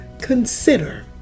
consider